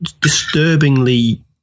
Disturbingly